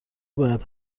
باید